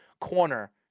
corner